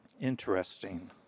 Interesting